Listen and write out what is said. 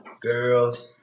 Girls